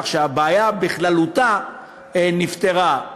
כך שהבעיה בכללותה נפתרה.